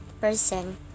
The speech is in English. person